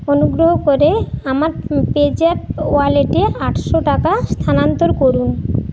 অনুগ্রহ করে আমার পেজ্যাপ ওয়ালেটে আটশো টাকা স্থানান্তর করুন